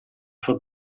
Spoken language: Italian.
sua